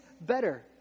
better